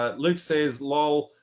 ah luke says lol,